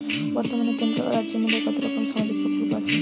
বতর্মানে কেন্দ্র ও রাজ্য মিলিয়ে কতরকম সামাজিক প্রকল্প আছে?